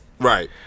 Right